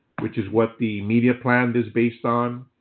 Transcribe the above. which is what the media plan is based on.